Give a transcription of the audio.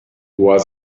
was